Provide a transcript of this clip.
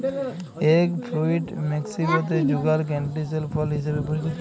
egg fruit মেক্সিকোতে যুগাল ক্যান্টিসেল ফল হিসেবে পরিচিত